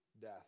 death